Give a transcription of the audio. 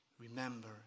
Remember